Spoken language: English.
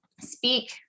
speak